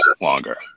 longer